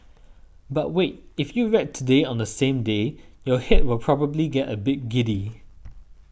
but wait if you read Today on the same day your head will probably get a bit giddy